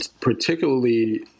particularly